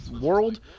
world